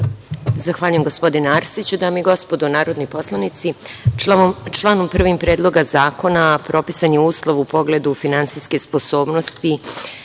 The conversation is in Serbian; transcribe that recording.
Zahvaljujem gospodine Arsiću. Dame i gospodo narodni poslanici, članom 1. Predloga zakona propisan je uslov u pogledu finansijske sposobnosti